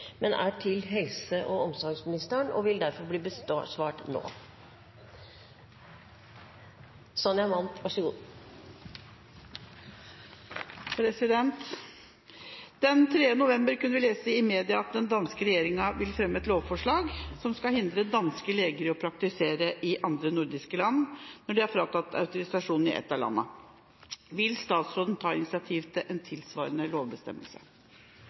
til helse- og omsorgsministeren, og derfor vil bli besvart nå. «Den 3. november kunne vi lese i media at den danske regjeringen vil fremme et lovforslag som skal hindre danske leger i å praktisere i andre nordiske land når de er fratatt autorisasjonen i ett av landene. Vil statsråden ta initiativ til en tilsvarende lovbestemmelse?»